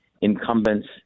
incumbents –